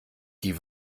die